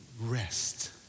Rest